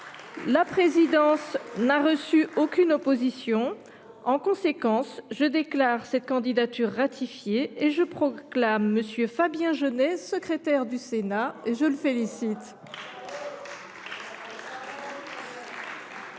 La présidence n’a reçu aucune opposition. En conséquence, je déclare cette candidature ratifiée et je proclame M. Fabien Genet secrétaire du Sénat. C’est l’heure de gloire